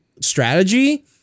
strategy